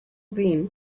then